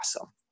awesome